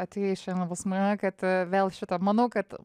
atėjai šiandien pas mane kad vėl šita manau kad